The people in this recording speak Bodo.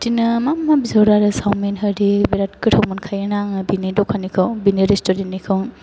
बिदिनो मा मा बिहरो आरो चावमिन आरि बिराद गोथाव मोनखायोना आङो बेनि दखाननिखौ बेनि रेस्टुरेन्ट निखौ